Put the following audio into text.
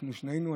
שנינו,